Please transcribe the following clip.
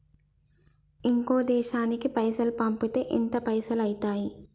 ఇంకో దేశానికి పైసల్ పంపితే ఎంత పైసలు అయితయి?